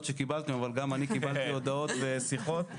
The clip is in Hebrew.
שקיבלתם אבל גם אני קיבלתי הודעות ושיחות.